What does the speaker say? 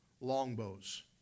longbows